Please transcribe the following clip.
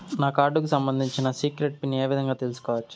నా కార్డుకు సంబంధించిన సీక్రెట్ పిన్ ఏ విధంగా తీసుకోవచ్చు?